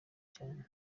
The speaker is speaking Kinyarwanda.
cyane